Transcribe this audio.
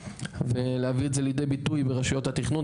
ולהביא את זה לידי ביטוי ברשויות התכנון.